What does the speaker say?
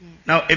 Now